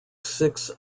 six